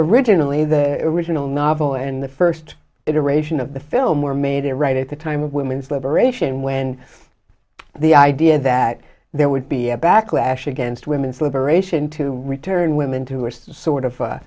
originally the original novel in the first iteration of the film were made a right at the time of women's liberation when the idea that there would be a backlash against women's liberation to return women to a sort of u